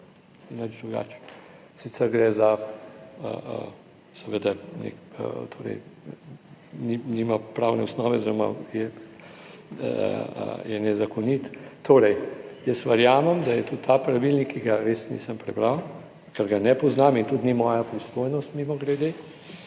drugače, sicer gre za seveda nek, torej nima pravne osnove oziroma je nezakonit. Torej, jaz verjamem, da je tudi ta pravilnik, ki ga res nisem prebral, ker ga ne poznam in tudi ni moja pristojnost mimogrede,